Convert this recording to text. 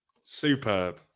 Superb